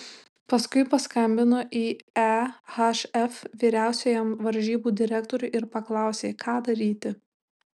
paskui paskambino į ehf vyriausiajam varžybų direktoriui ir paklausė ką daryti